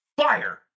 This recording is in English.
Fire